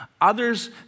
Others